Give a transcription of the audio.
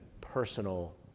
personal